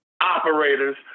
operators